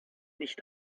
nicht